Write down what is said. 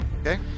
Okay